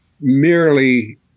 merely